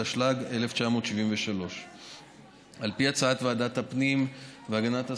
התשל"ג 1973. על פי הצעת ועדת הפנים והגנת הסביבה,